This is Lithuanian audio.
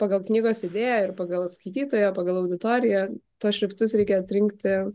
pagal knygos idėją ir pagal skaitytoją pagal auditoriją tuos šriftus reikia atrinkti